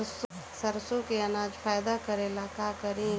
सरसो के अनाज फायदा करेला का करी?